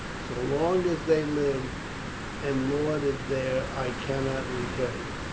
so long as they live and lord it there i cannot return.